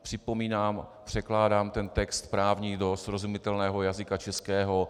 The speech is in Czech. Připomínám, překládám ten právní text do srozumitelného jazyka českého.